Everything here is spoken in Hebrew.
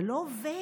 זה לא עובד.